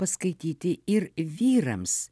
paskaityti ir vyrams